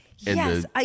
Yes